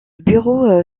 bureau